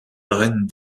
arènes